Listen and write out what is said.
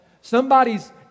Somebody's